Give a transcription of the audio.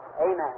Amen